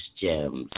gems